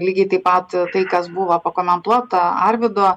lygiai taip pat tai kas buvo pakomentuota arvydo